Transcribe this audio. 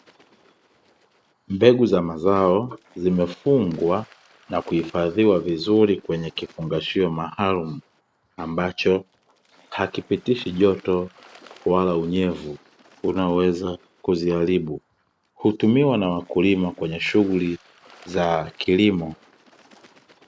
Mbegu za mazo zimefungwa na kuhifadhiwa vizuri kwenye kifungashio maalumu, ambacho hakipitishi joto wala unyevu unaoweza kuziharibu. Hutumiwa na wakulima kwenye shughuli za kilimo.